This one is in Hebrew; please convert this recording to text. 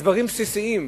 דברים בסיסיים,